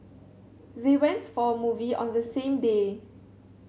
they went for a movie on the same day